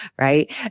right